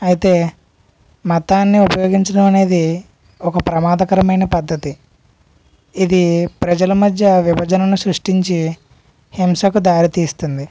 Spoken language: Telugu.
అయితే మతాన్ని ఉపయోగించడం అనేది ఒక ప్రమాదకరమైన పద్ధతి ఇది ప్రజల మధ్య విభజనను సృష్టించి హింసకు దారి తీస్తుంది